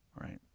right